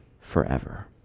forever